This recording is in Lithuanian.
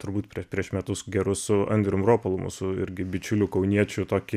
turbūt prie prieš metus gerus su andrium ropolu mūsų irgi bičiuliu kauniečiu tokį